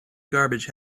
garbage